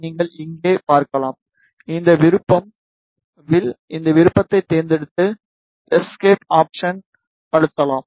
நீங்கள் இங்கே பார்க்கலாம் இந்த விருப்பம் வில் இந்த விருப்பத்தைத் தேர்ந்தெடுத்து எஸ்கேப் ஆப்ஷனை அழுத்தவும்